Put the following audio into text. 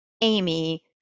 Amy